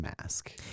mask